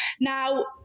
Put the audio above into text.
Now